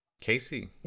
Casey